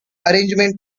arrangement